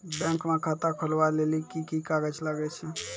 Bank म खाता खोलवाय लेली की की कागज लागै छै?